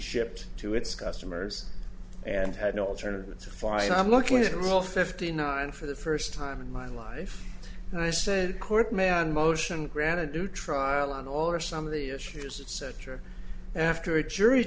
shipped to its customers and had no alternative flying i'm looking at all fifty nine for the first time in my life and i said court man motion granted to trial on all or some of the issues etc after a jury